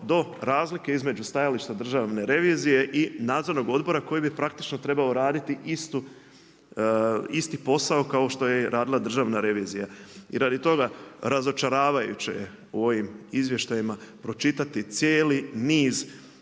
do razlike između stajalište Državne revizije i nadzornog odbora koji bi praktički trebao raditi isti posao kao što je radila Državna revizija. I radi toga, razočaravajuće je u ovim izvještajima pročitati cijeli niz